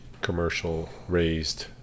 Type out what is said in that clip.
commercial-raised